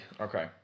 Okay